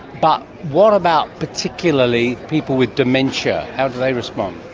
but what about particularly people with dementia? how do they respond?